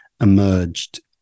emerged